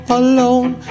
alone